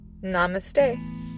Namaste